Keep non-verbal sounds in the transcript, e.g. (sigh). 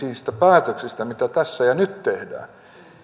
(unintelligible) niistä päätöksistä mitä tässä ja nyt tehdään